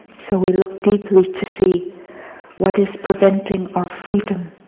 so we look deeply to see what is preventing our freedom.